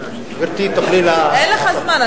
גברתי, תוכלי, אין לך זמן.